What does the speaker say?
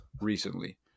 recently